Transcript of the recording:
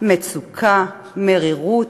מצוקה ומרירות,